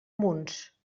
munts